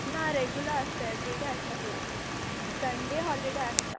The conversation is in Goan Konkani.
ना रेगुलार आसता एवरीडे आसता क्लास संडे हॉलिडे आसता